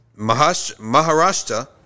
maharashtra